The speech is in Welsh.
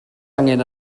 angen